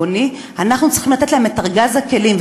אנחנו צריכים לתת להם את ארגז הכלים.